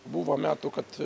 buvo metų kad